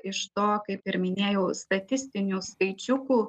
iš to kaip ir minėjau statistinių skaičiukų